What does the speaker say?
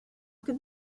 could